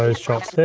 ah shots there